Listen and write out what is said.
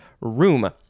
room